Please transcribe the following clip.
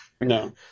No